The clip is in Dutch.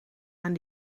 aan